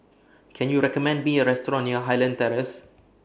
Can YOU recommend Me A Restaurant near Highland Terrace